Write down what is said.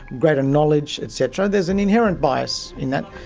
greater knowledge, et cetera, there's an inherent bias in that,